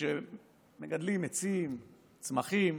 שכשמגדלים עצים, צמחים,